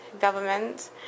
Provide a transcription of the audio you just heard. government